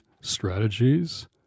strategies